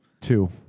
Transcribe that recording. Two